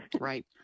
Right